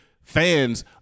Fans